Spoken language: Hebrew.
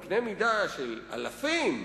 בקנה מידה של אלפים,